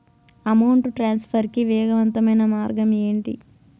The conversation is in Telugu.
అమౌంట్ ట్రాన్స్ఫర్ కి వేగవంతమైన మార్గం ఏంటి